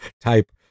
type